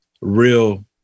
real